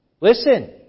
Listen